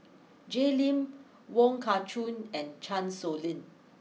Jay Lim Wong Kah Chun and Chan Sow Lin